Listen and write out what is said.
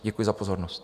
Děkuji za pozornost.